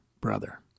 brother